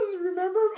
remember